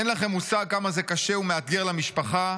אין לכם מושג כמה זה קשה ומאתגר למשפחה,